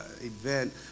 event